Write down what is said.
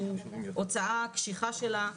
שהוא הוצאה קשיחה שלה,